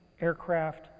aircraft